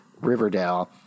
Riverdale